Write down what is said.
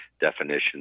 definitions